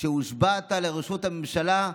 כשהושבעת לראשות הממשלה,